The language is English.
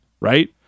right